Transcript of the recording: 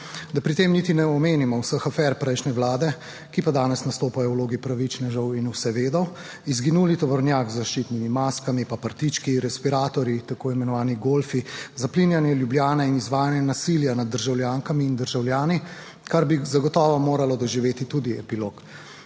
da pri tem niti ne omenimo vseh afer prejšnje Vlade, ki pa danes nastopajo v vlogi pravičnežev in vse vedo. Izginuli tovornjak z zaščitnimi maskami, pa prtički, respiratorji, tako imenovani golfi, zaplinjanje Ljubljane in izvajanje nasilja nad državljankami in državljani, kar bi zagotovo moralo doživeti tudi epilog